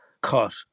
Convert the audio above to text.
cut